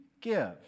give